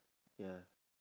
ya